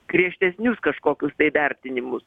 griežtesnius kažkokius tai vertinimus